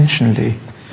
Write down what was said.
intentionally